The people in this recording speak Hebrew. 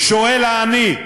שואל העני: